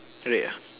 red ah